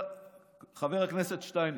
חבר הכנסת שטייניץ,